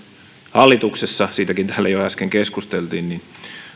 hallituksessa siitäkin täällä jo äsken keskusteltiin